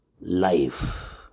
life